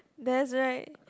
that's right